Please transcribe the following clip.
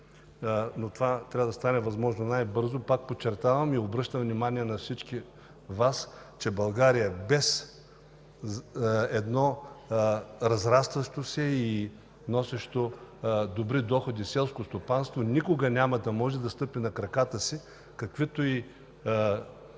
това трябва да стане възможно най-бързо! Обръщам внимание на всички Вас, че България без разрастващото се и носещо добри доходи селско стопанство никога няма да може да стъпи на краката си, каквито и